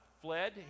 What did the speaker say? fled